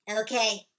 Okay